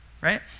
right